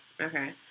Okay